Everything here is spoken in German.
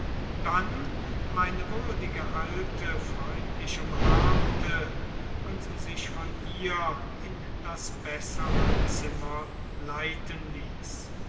dann meine würdige alte freundlich umarmte und sich von ihr in das bessere zimmer leiten ließ